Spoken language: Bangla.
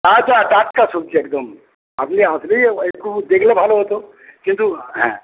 আচ্ছা টাটকা সবজি একদম আপনি আসলেই একটু দেখলে ভালো হতো কিন্তু হ্যাঁ